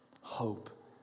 hope